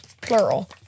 plural